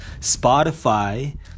Spotify